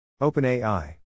OpenAI